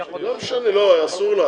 שניה,